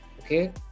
okay